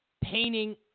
painting